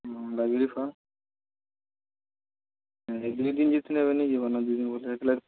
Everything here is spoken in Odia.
ଜଲ୍ଦି କହ ଏବେ ଯଦି ଲିଷ୍ଟ ନେବେ ନେଇ ଯିବ ନ ହେଲେ ଦୁଇ ଦିନ ପରେ ଆସିଲେ